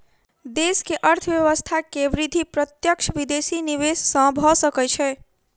देश के अर्थव्यवस्था के वृद्धि प्रत्यक्ष विदेशी निवेश सॅ भ सकै छै